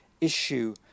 issue